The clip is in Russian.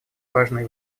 важные